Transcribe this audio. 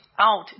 out